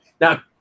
Now